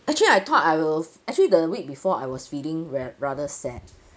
actually I thought I will f~ actually the week before I was feeling re~ rather sad